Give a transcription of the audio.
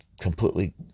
completely